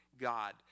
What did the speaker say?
God